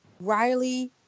Riley